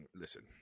listen